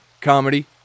comedy